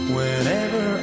Whenever